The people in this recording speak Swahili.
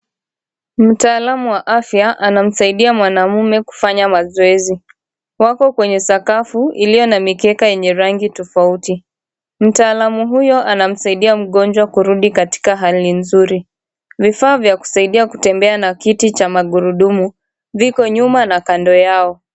Mtaalamu wa afya anamsaidia mwanaume kufanya mazoezi. Wako kwenye sakafu iliyo na mikeka yenye rangi tofauti. Mtaalamu huyo anamsaidia mgonjwa kurudi katika hali nzuri. Vifaa vya kusaidia kutembea na kiti cha magurudumu, viko nyuma na kando yao.